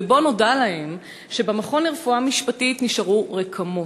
ובה נודע להם שבמכון לרפואה משפטית נשארו רקמות,